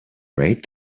rate